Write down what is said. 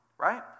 right